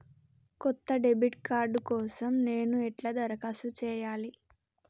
కొత్త debit card కోసం నేను ఎట్లా దరఖాస్తు చేయాలి?